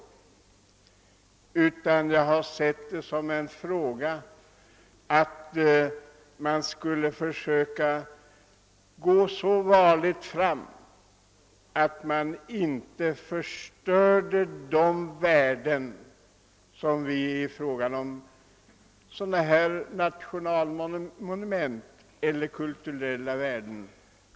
Jag har ansett det väsentligaste vara att gå så varligt fram att man inte förstör de kulturella värden som detta nationalmonument besitter.